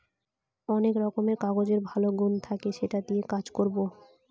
অনেক রকমের কাগজের ভালো গুন থাকে সেটা দিয়ে কাজ করবো